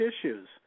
issues